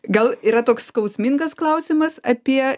gal yra toks skausmingas klausimas apie